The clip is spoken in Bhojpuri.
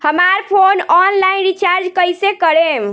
हमार फोन ऑनलाइन रीचार्ज कईसे करेम?